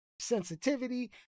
sensitivity